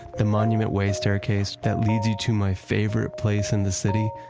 the monument way staircase that leads you to my favorite place in the city,